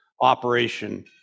operation